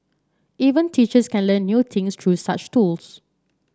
even teachers can learn new things through such tools